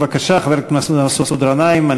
בבקשה, חבר הכנסת מסעוד גנאים.